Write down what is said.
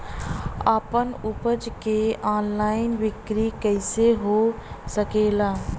आपन उपज क ऑनलाइन बिक्री कइसे हो सकेला?